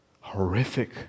horrific